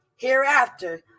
Hereafter